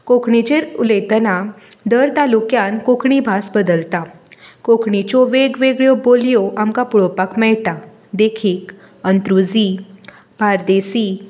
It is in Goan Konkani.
कोंकणीचेर उलयतनां दर तालुक्यान कोंकणी भास बदलता कोंकणीच्यो वेगवेगळ्यो बोलयो आमकां पळोवपाक मेळटा देखीक अंत्रुजी बारदेसी